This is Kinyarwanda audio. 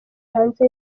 hanze